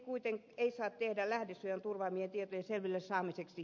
hakua ei saa tehdä lähdesuojan turvaamien tietojen selville saamiseksi